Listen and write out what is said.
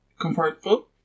comfortable